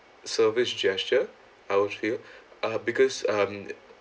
service gesture I'd feel uh because um